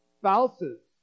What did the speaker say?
spouses